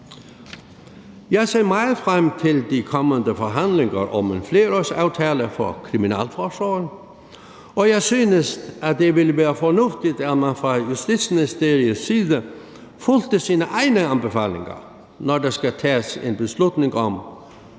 Jeg ser meget frem til de kommende forhandlinger om en flerårsaftale for kriminalforsorgen, og jeg synes, det ville være fornuftigt, at man fra Justitsministeriets side fulgte sine egne anbefalinger, når der skal tages en beslutning om,